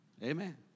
Amen